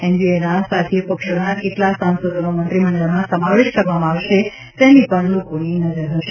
એનડીએના સાથીયપક્ષોના કેટલાં સાંસદોનો મંત્રીમંડળમાં સમાવેશ કરવામાં આવશે તેની પણ લોકોની નજર હશે